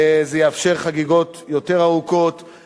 זה יאפשר חגיגות יותר ארוכות,